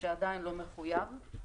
שעדיין לא מחויב.